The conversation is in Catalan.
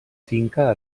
finca